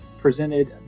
presented